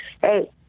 hey